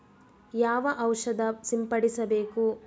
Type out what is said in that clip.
ಯಾವ ಔಷಧ ಸಿಂಪಡಿಸಬೇಕು?